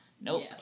Nope